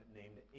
named